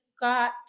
got